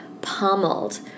pummeled